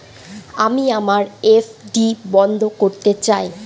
আমি আমার এফ.ডি বন্ধ করতে চাই